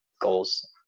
goals